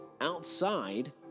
outside